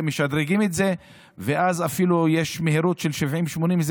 שמשדרגים אותם והם מגיעים אפילו למהירות של 80-70 קמ"ש,